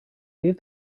gave